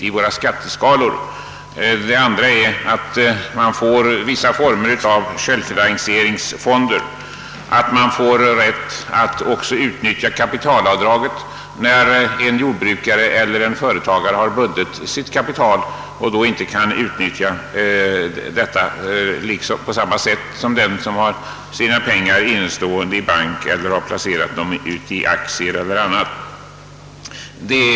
Det andra är att man får till stånd vissa former av självfinansieringsfonder och rätt att även utnyttja kapitalavdraget när en jordbrukare eller företagare har bundit sitt kapital och inte kan använda det på samma sätt som den som har sina pengar innestående i bank eller placerade i aktier eller andra värdehandlingar.